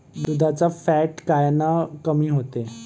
दुधाचं फॅट कायनं कमी होते?